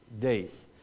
days